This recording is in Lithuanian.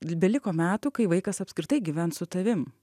beliko metų kai vaikas apskritai gyvens su tavim